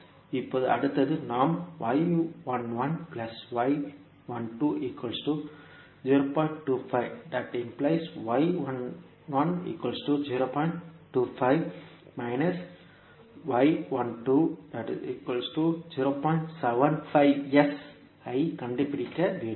இப்போது அடுத்தது நாம் ஐக் கண்டுபிடிக்க வேண்டும்